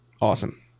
Awesome